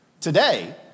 Today